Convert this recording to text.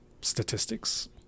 statistics